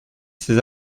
ces